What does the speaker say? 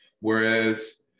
whereas